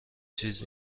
چیز